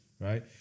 right